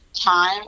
time